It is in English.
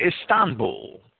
Istanbul